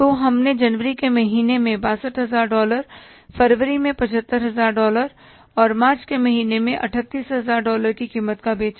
तो हमने जनवरी के महीने में 62000 डॉलर फरवरी में 75000 डॉलर और मार्च के महीने में 38000 डॉलर की कीमत का बेचा